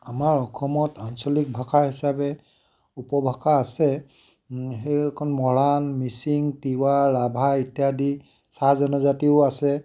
আমাৰ অসমত আঞ্চলিক ভাষা হিচাপে উপভাষা আছে সেইসকল মৰাণ মিচিং তিৱা ৰাভা ইত্যাদি চাহ জনজাতিও আছে